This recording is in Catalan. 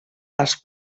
les